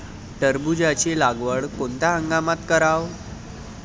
टरबूजाची लागवड कोनत्या हंगामात कराव?